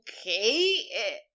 okay